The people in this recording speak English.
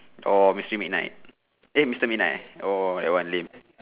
orh mister midnight eh mister midnight oh that one lame